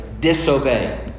disobey